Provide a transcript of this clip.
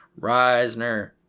Reisner